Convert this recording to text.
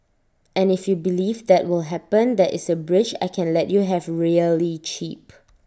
and if you believe that will happen there is A bridge I can let you have really cheap